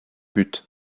buts